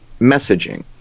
messaging